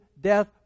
death